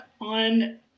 on